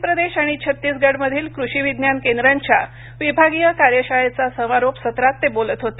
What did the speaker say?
मध्य प्रदेश आणि छत्तीसगडमधील कृषी विज्ञान केंद्रांच्या विभागीय कार्यशाळेच्या समारोप सत्रात ते बोलत होते